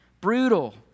brutal